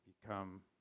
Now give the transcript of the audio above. become